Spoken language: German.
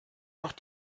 doch